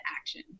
action